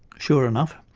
sure enough,